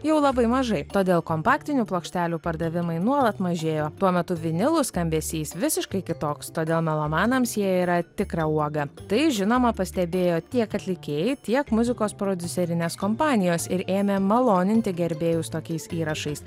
jau labai mažai todėl kompaktinių plokštelių pardavimai nuolat mažėjo tuo metu vinilų skambesys visiškai kitoks todėl melomanams jie yra tikra uoga tai žinoma pastebėjo tiek atlikėjai tiek muzikos prodiuserinės kompanijos ir ėmė maloninti gerbėjus tokiais įrašais